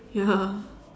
ya